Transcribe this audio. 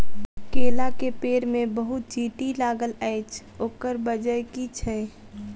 केला केँ पेड़ मे बहुत चींटी लागल अछि, ओकर बजय की छै?